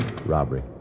Robbery